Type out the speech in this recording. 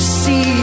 see